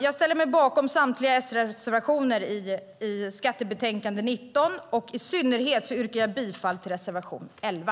Jag ställer mig bakom samtliga S-reservationer i skatteutskottets betänkande 19 och yrkar bifall till reservation 11.